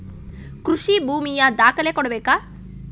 ಕೃಷಿ ಭೂಮಿಯ ದಾಖಲೆ ಕೊಡ್ಬೇಕಾ?